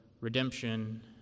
redemption